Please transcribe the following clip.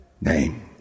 name